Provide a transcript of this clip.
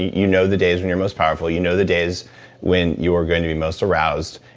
you know the days when you're most powerful. you know the days when you're going to be most aroused.